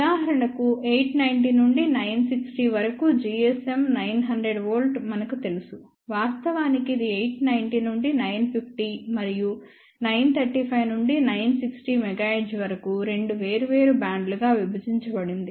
ఉదాహరణకు 890 నుండి 960 వరకు GSM 900 వోల్ట్లు మనకు తెలుసు వాస్తవానికి ఇది 890 నుండి 950 మరియు 935 నుండి 960 MHz వరకు రెండు వేర్వేరు బ్యాండ్లుగా విభజించబడింది